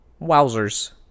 Wowzers